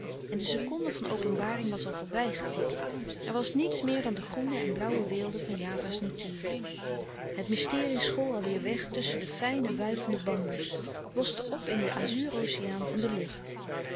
en de seconde van openbaring was al voorbij getikt er was niets meer dan de groene en blauwe weelde van java's natuur het mysterie school al weêr weg tusschen de fijne wuivende bamboe's loste op in den azuuroceaan van de lucht